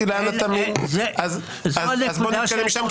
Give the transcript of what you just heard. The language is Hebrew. אז נתקדם משם.